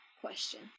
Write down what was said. question